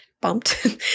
bumped